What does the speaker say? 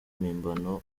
mpimbano